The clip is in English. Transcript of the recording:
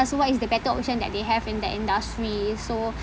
what is the better option that they have in the industry so